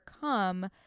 come